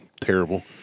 Terrible